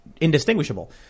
indistinguishable